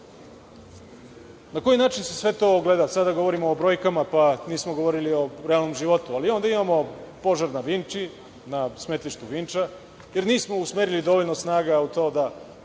koji način se sve to ogleda? Sada govorim o brojkama. Nismo govorili o realnom životu, ali onda imamo požar na smetlištu Vinča, jer nismo usmerili dovoljno snage u to da